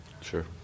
Sure